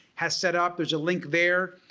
has set up. there's a link there.